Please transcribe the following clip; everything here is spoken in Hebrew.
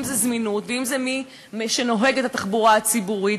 אם זה זמינות ואם זה מי שנוהג את התחבורה הציבורית,